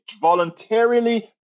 voluntarily